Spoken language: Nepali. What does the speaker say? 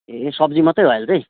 ए सब्जी मात्रै हो अहिले चाहिँ